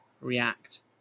react